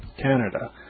Canada